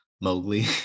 Mowgli